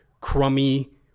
crummy